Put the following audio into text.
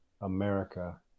America